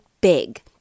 big